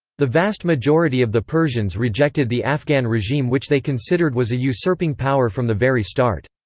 the vast majority of the persians rejected the afghan regime which they considered was a usurping power from the very start.